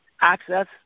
access